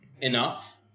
enough